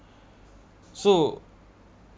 so